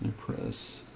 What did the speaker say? press